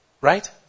Right